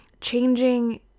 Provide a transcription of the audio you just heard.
changing